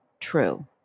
true